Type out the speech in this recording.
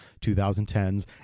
2010s